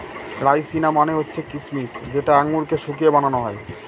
রাইসিনা মানে হচ্ছে কিসমিস যেটা আঙুরকে শুকিয়ে বানানো হয়